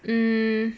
mm